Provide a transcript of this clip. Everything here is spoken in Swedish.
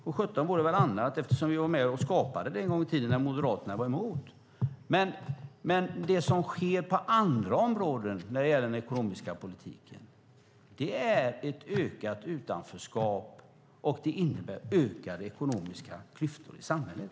Det vore väl sjutton annars, eftersom vi var med och skapade det en gång i tiden, när Moderaterna var emot. Men när det gäller det som sker på andra områden i den ekonomiska politiken är det ett ökat utanförskap, och det innebär ökade ekonomiska klyftor i samhället.